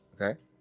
Okay